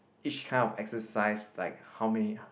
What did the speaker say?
each kind of exercise like how many